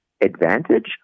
advantage